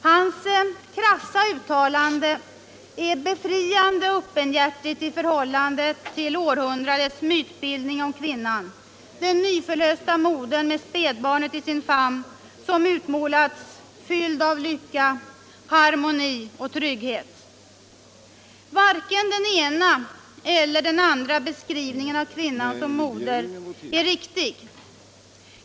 Hans krassa uttalande är befriande öppenhjärtigt i förhållande till århundradens mytbildning om kvinnan — den nyförlösta modern, med spädbarnet i sin famn, som utmålats fylld av lycka, harmoni och trygghet. Varken den ena eller den andra beskrivningen av kvinnan som moder är riktig.